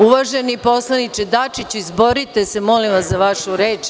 Uvaženi poslaniče Dačiću, izborite se, molim vas, za vašu reč.